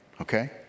Okay